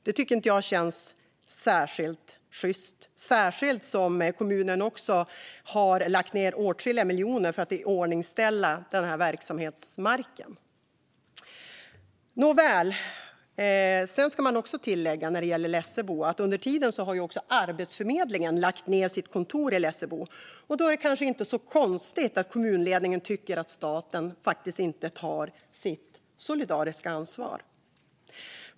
Det tycker jag inte känns särskilt sjyst, särskilt som kommunen har lagt ned åtskilliga miljoner på att iordningställa verksamhetsmarken. Nåväl. Sedan ska det, när det gäller Lessebo, tilläggas att Arbetsförmedlingen under tiden har lagt ned sitt kontor där, och då är det kanske inte så konstigt att kommunledningen inte tycker att staten tar sitt solidariska ansvar.